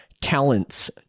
talents